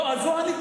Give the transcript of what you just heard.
לא, זו הנקודה.